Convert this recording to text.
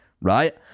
right